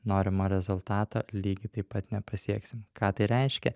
norimo rezultato lygiai taip pat nepasieksim ką tai reiškia